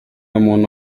umuntu